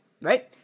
Right